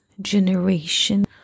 generation